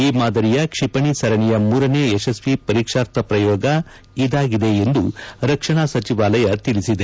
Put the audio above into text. ಈ ಮಾದರಿಯ ಕ್ಷಿಪಣಿ ಸರಣಿಯ ಮೂರನೇ ಯಶಸ್ವಿ ಪರೀಕ್ಷಾರ್ಥ ಪ್ರಯೋಗ ಇದಾಗಿದೆ ಎಂದು ರಕ್ಷಣಾ ಸಚಿವಾಲಯ ತಿಳಿಸಿದೆ